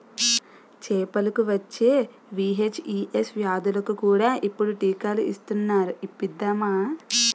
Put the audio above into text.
చేపలకు వచ్చే వీ.హెచ్.ఈ.ఎస్ వ్యాధులకు కూడా ఇప్పుడు టీకాలు ఇస్తునారు ఇప్పిద్దామా